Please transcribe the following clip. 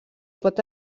pot